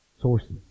sources